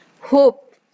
hope